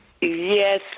Yes